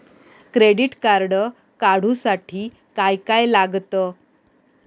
Credit card काढूसाठी काय काय लागत?